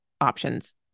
options